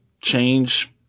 change